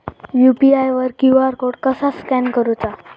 UPI वर QR code कसा scan करूचा?